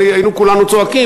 היינו כולנו צועקים,